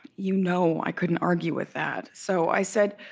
you know i couldn't argue with that. so i said,